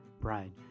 Bride